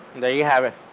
there you have it,